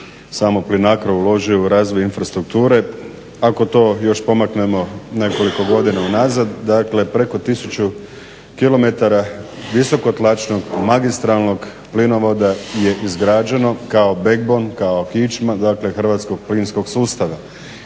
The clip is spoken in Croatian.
samo Plinacro uložio u razvoj strukture, ako to još pomaknemo nekoliko godina unazad dakle preko tisuću kilometara visokotlačnog magistralnog plinovoda je izgrađeno kao begbon kao kičma hrvatskog plinskog sustava.